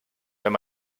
wenn